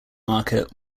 market